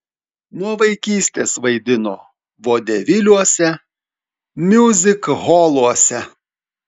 nuo vaikystės vaidino vodeviliuose miuzikholuose